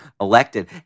elected